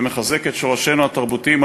ומחזק את שורשינו התרבותיים,